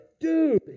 dude